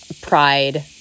pride